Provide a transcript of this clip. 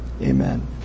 Amen